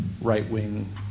right-wing